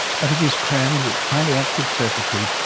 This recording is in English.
but it is crammed with highly active circuitry,